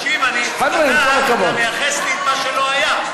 תקשיב, אתה מייחס לי את מה שלא היה.